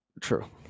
True